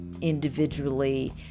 individually